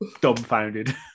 dumbfounded